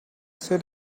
said